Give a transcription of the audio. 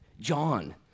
John